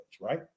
right